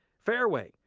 fareway,